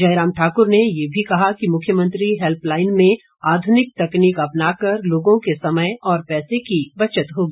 जयराम ठाकुर ने यह भी कहा कि मुख्यमंत्री हेल्पलाइन में आधुनिक तकनीक अपना कर लोगों के समय और पैसे की बचत होगी